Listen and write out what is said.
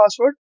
password